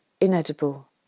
inedible